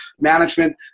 management